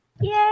Yay